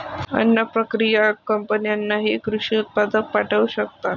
अन्न प्रक्रिया कंपन्यांनाही कृषी उत्पादन पाठवू शकतात